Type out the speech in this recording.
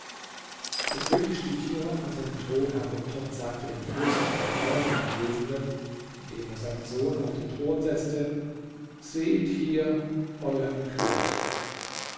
der könig stieg hierauf von seinem thron herunter und sagte den fürsten und allen anwesenden indem er seinen sohn auf den thron setzte seht hier euern könig